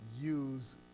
use